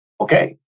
Okay